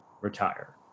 retire